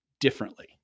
differently